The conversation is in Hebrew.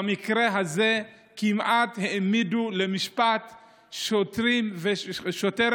במקרה הזה כמעט העמידו למשפט שוטרת